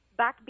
backbeat